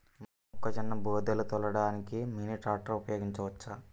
మొక్కజొన్న బోదెలు తోలడానికి మినీ ట్రాక్టర్ ఉపయోగించవచ్చా?